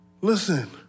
Listen